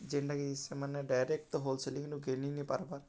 ଯେନ୍ଟାକି ସେମାନେ ଡାଇରେକ୍ଟ ତ ହୋଲ୍ସେଲିଂରୁ କିଣି ନି ପାର୍ବାର୍